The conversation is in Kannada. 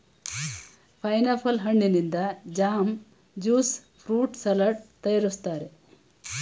ಪೈನಾಪಲ್ ಹಣ್ಣಿನಿಂದ ಜಾಮ್, ಜ್ಯೂಸ್ ಫ್ರೂಟ್ ಸಲಡ್ ತರಯಾರಿಸ್ತರೆ